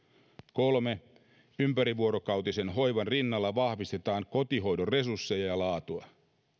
kolme ympärivuorokautisen hoivan rinnalla vahvistetaan kotihoidon resursseja ja laatua